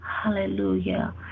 Hallelujah